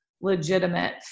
legitimate